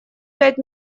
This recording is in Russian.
пять